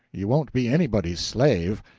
you won't be anybody's slave.